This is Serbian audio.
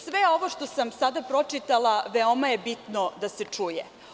Sve ovo što sam sada pročitala veoma je bitno da se čuje.